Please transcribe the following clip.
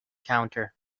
counter